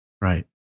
Right